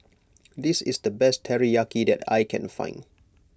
this is the best Teriyaki that I can find